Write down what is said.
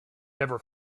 never